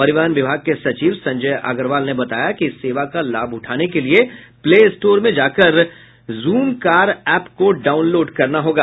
परिवहन विभाग के सचिव संजय अग्रवाल ने बताया कि इस सेवा का लाभ उठाने के लिये प्लेस्टोर में जाकर इस जूम कार एप को डाउनलोड करना होगा